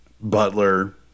butler